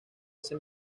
ese